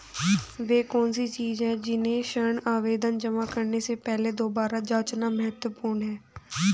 वे कौन सी चीजें हैं जिन्हें ऋण आवेदन जमा करने से पहले दोबारा जांचना महत्वपूर्ण है?